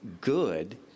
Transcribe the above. good